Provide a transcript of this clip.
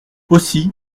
aussi